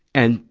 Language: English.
and,